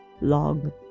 long